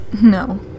No